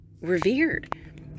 revered